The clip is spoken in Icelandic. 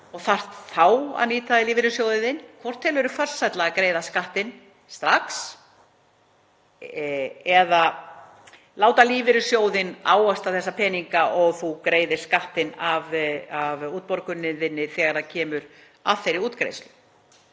og þarft þá að nýta lífeyrissjóðinn — hvort telur þú farsælla að greiða skattinn strax eða láta lífeyrissjóðinn ávaxta þessa peninga og þú greiðir skattinn af útborguninni þegar kemur að þeirri útgreiðslu?